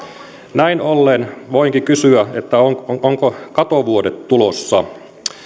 näin ollen voikin kysyä ovatko katovuodet tulossa